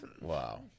Wow